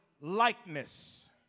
likeness